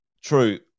true